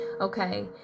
okay